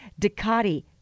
Ducati